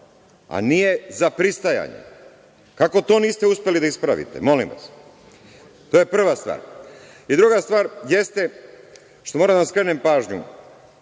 a nije za pristajanje. Kako to niste uspeli da ispravite? To je prva stvar. Druga stvar jeste što moram da skrenem pažnju